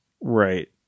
Right